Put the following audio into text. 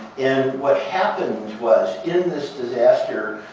and what happened was in this disaster,